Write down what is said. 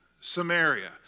Samaria